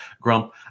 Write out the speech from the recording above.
Grump –